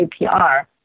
APR